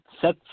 set